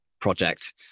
project